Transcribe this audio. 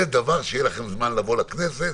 זה דבר שיהיה לכם זמן לבוא לכנסת